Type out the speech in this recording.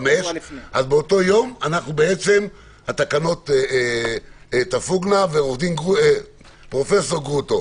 ב-25, אז באותו יום התקנות תפוגנה, ופרופ' גרוטו,